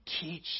teach